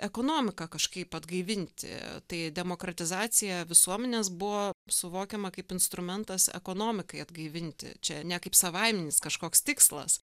ekonomiką kažkaip atgaivinti tai demokratizacija visuomenės buvo suvokiama kaip instrumentas ekonomikai atgaivinti čia ne kaip savaiminis kažkoks tikslas